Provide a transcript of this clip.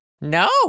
No